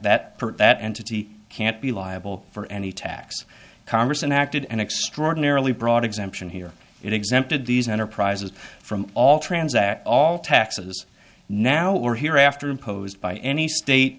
that that entity can't be liable for any tax congress enacted an extraordinarily broad exemption here exempted these enterprises from all transact all taxes now or hereafter imposed by any state